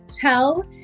tell